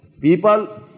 People